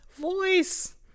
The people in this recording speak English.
voice